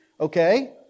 Okay